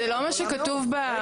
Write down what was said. זה לא מה שכתוב בדוחות.